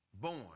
born